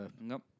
Nope